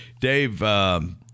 Dave, –